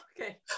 Okay